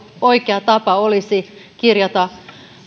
oikea tapa olisi kirjata